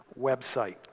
website